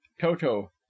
toto